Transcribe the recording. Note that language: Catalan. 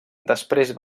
després